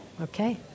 okay